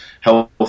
health